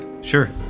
Sure